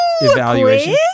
evaluation